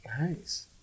nice